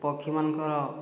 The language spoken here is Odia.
ପକ୍ଷୀମାନଙ୍କର